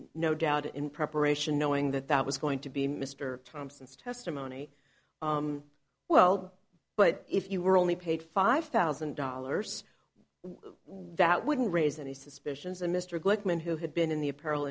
no doubt in preparation knowing that that was going to be mr thompson's testimony well but if you were only paid five thousand dollars why that wouldn't raise any suspicions of mr glickman who had been in the apparel